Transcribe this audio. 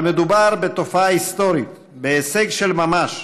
אבל מדובר בתופעה היסטורית, בהישג של ממש,